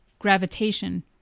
Gravitation